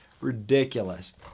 Ridiculous